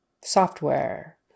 software